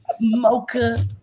mocha